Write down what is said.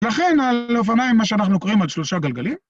לכן הלבנה היא מה שאנחנו קוראים על שלושה גלגלים.